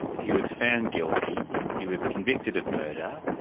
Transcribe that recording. he was found guilty, he was convicted of murder,